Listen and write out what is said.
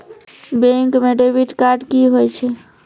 Bank म debit card की होय छै?